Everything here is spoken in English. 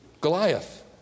Goliath